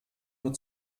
nur